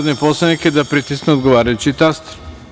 Molim poslanike da pritisnu odgovarajući taster.